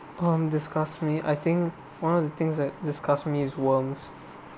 um disgust me I think one of the things that disgust me is worms